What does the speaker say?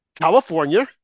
California